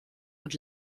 und